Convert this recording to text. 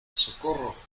socorro